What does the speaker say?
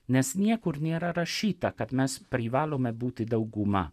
nes niekur nėra rašyta kad mes privalome būti dauguma